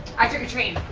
i took a train.